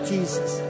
Jesus